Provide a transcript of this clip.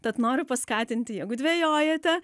tad noriu paskatinti jeigu dvejojate